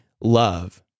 love